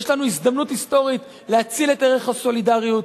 יש לנו הזדמנות היסטורית להציל את ערך הסולידריות,